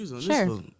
Sure